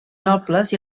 nobles